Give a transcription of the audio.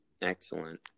Excellent